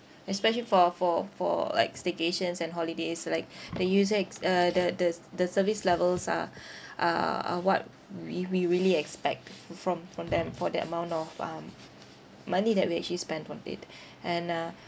especially for for for like staycations and holidays like the user ex~ uh the the s~ the service levels are are are what we we really expect f~ from from them for the amount of um money that we actually spent on it and uh